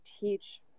teach